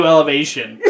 Elevation